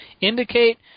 indicate